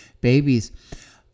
babies